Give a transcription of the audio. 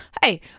Hey